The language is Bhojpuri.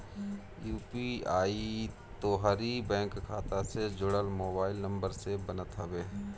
यू.पी.आई तोहरी बैंक खाता से जुड़ल मोबाइल नंबर से बनत हवे